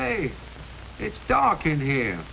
say it's dark in here